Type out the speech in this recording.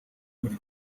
buri